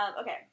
okay